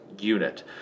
unit